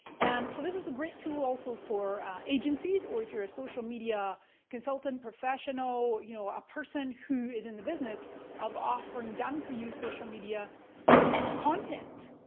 and so this is a great tool also for agencies or if you're a social media consultant, professional, you know a person who is in the business of offering done for you social media ah content,